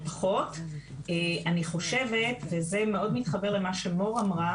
אני חושבת וזה מתחבר מאוד למה שמור אמרה